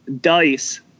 dice